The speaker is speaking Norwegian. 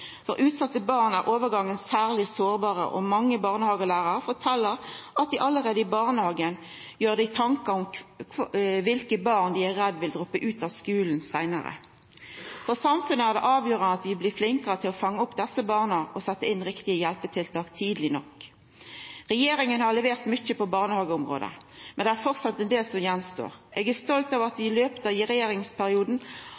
overgangen, og mange barnehagelærarar fortel at dei allereie i barnehagen gjer seg tankar om kven av barna dei er redde vil droppa ut av skulen seinare. For samfunnet er det avgjerande at vi blir flinkare til å fanga opp desse barna og setja inn riktige hjelpetiltak tidleg nok. Regjeringa har levert mykje på barnehageområdet, men det er framleis ein del som står att. Eg er stolt over at vi i løpet av regjeringsperioden har styrkt den